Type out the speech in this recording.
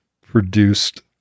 produced